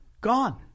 gone